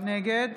נגד